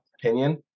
opinion